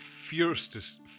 fiercest